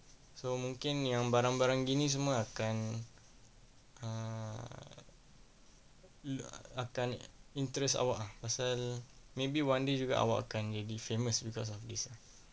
so mungkin yang barang-barang begini semua akan err um akan interest awak ah pasal maybe one day juga awak akan jadi famous because of this ah